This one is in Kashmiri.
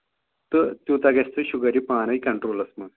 تہٕ تیوٗتاہ گژھِ تۄہہِ شُگر یہِ پانَے کَنٹرٛولَس منٛز